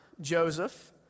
Joseph